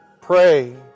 Pray